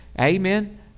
amen